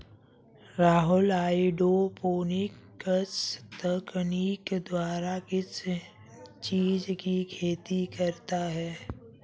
Rahul hydroponics तकनीक द्वारा किस चीज की खेती करता है?